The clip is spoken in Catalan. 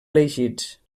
elegits